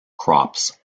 crops